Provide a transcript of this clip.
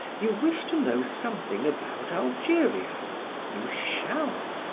you wish to know something about algeria you shall